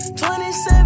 27